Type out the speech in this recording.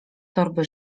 torby